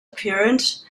appearance